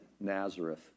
Nazareth